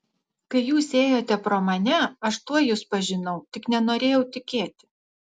kai jūs ėjote pro mane aš tuoj jus pažinau tik nenorėjau tikėti